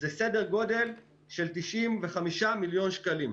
זה סדר גודל של 95 מיליון שקלים.